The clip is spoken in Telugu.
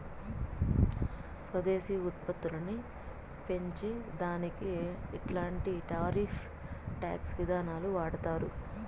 స్వదేశీ ఉత్పత్తులని పెంచే దానికి ఇట్లాంటి టారిఫ్ టాక్స్ విధానాలు వాడతారు